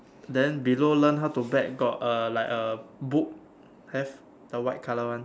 then below learn how to bet got a like a book have the white colour one